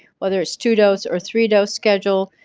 whether it's two dose or three dose schedule,